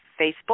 Facebook